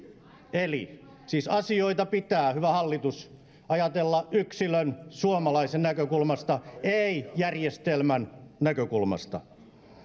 eli siis asioita pitää hyvä hallitus ajatella yksilön suomalaisen näkökulmasta ei järjestelmän näkökulmasta